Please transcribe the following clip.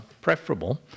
preferable